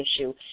issue